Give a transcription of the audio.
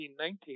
1919